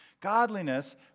Godliness